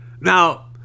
Now